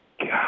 God